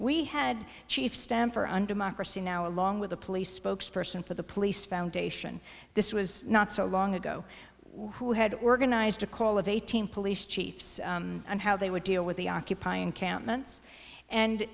we had chief stand for and democracy now along with the police spokesperson for the police foundation this was not so long ago who had organized a call of eighteen police chiefs and how they would deal with the occupying countenance and